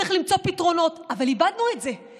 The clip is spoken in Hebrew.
צריך למצוא פתרונות, אבל איבדנו את זה.